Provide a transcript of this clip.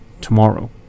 tomorrow